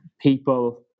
people